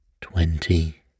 Twenty